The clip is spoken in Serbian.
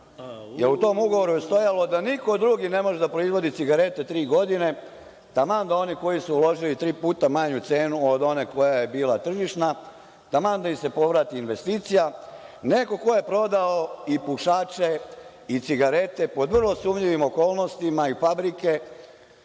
jer u tom ugovoru je stajalo da niko drugi ne može da proizvodi cigarete tri godine, taman da oni koji su uložili tri puta manju cenu od one koja je bila tržišna, taman da im se povrati investicija. Neko ko je prodao i pušače i cigarete pod vrlo sumnjivim okolnostima i fabrike